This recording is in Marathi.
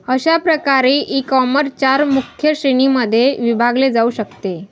अशा प्रकारे ईकॉमर्स चार मुख्य श्रेणींमध्ये विभागले जाऊ शकते